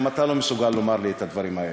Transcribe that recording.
גם אתה לא מסוגל לומר לי את הדברים האלה.